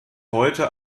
heute